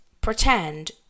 pretend